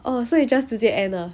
oh so you just 直接 end ah